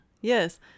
yes